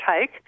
take